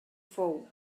fou